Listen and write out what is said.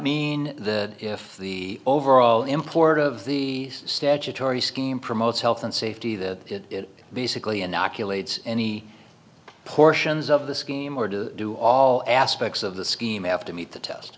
mean that if the overall import of the statutory scheme promotes health and safety that it basically inoculates any portions of the scheme or to do all aspects of the scheme have to meet the test